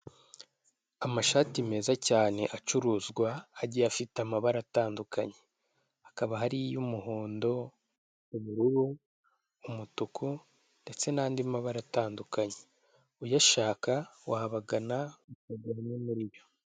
Amashati meza cyane acuruzwa agiye afite amabara atandukanye hakaba hari iy'umuhondo, ubururu, umutuku, ndetse n'andi mabara atandukanye uyashaka wabagana ukagura imwe muri yo.